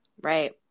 right